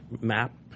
map